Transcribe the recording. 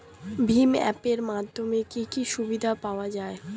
ভিম app এর মাধ্যমে কি কি সুবিধা পাওয়া যায়?